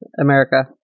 America